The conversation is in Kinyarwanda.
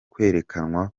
kwerekanwa